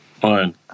fine